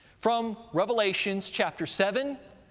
from revelations, chapter seven,